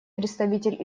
представитель